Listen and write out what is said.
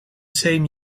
same